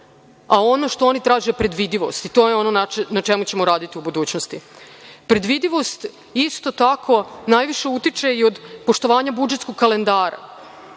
a ono što oni traže je predvidivost i to je ono na čemu ćemo raditi u budućnosti. Predvidivost, isto tako najviše utiče i od poštovanja budžetskog kalendara,